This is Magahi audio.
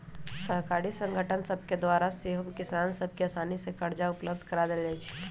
सहकारी संगठन सभके द्वारा सेहो किसान सभ के असानी से करजा उपलब्ध करा देल जाइ छइ